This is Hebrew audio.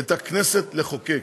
את הכנסת לחוקק.